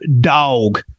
dog